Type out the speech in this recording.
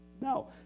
No